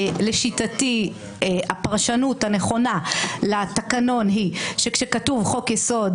לשיטתי הפרשנות הנכונה לתקנון היא שכאשר כתוב "חוק-יסוד"